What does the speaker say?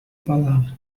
palavra